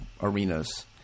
arenas